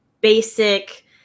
basic